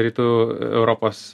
rytų europos